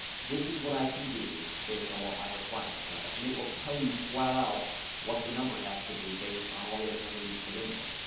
this is what i can do based on what my requirements are, and it will tell you flat out what the number has to be based on all the other numbers you put in there.